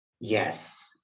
Yes